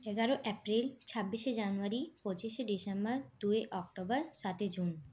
এগারো এপ্রিল ছাব্বিশে জানুয়ারি পঁচিশে ডিসেম্বর দুই অক্টোবর সাতই জুন